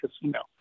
casino